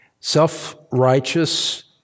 Self-righteous